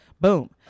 boom